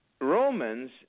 Romans